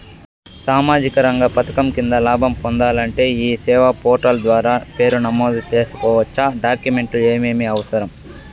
సామాజిక రంగ పథకం కింద లాభం పొందాలంటే ఈ సేవా పోర్టల్ ద్వారా పేరు నమోదు సేసుకోవచ్చా? డాక్యుమెంట్లు ఏమేమి అవసరం?